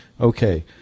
Okay